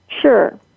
Sure